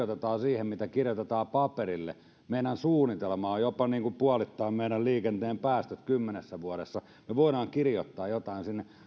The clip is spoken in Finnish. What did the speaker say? tuijotetaan siihen mitä kirjoitetaan paperille meillähän suunnitelma on jopa puolittaa meidän liikenteen päästöt kymmenessä vuodessa ja me voimme kirjoittaa jotain sinne mutta